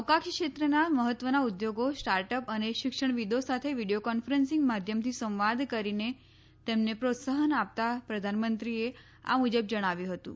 અવકાશ ક્ષેત્રના મહત્વના ઉદ્યોગો સ્ટાર્ટઅપ અને શિક્ષણ વિદો સાથે વીડિયો કોન્ફરન્સિંગ માધ્યમથી સંવાદ કરીને તેમને પ્રોત્સાહન આપતા પ્રધાનમંત્રીએ આ મુજબ જણાવ્યું હતું